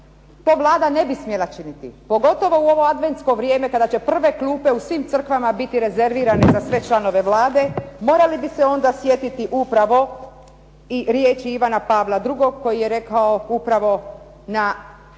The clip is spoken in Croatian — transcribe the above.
To Vlada ne bi smjela činiti, pogotovo u ovo adventsko vrijeme kada će prve klupe u svim crkvama biti rezervirane za sve članove Vlade, morali bi se sjetiti upravo i riječi Ivana Pavla II. koji je rekao upravo na 1.